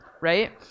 Right